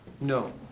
No